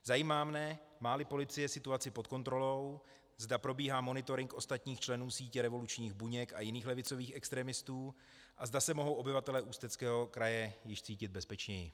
Zajímá mne, máli policie situaci pod kontrolou, zda probíhá monitoring ostatních členů sítě revolučních buněk a jiných levicových extremistů a zda se mohou obyvatelé Ústeckého kraje již cítit bezpečněji.